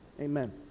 Amen